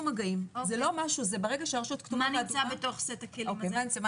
מה נמצא בתוך סט הכלים הזה?